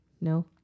No